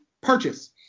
purchase